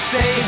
Say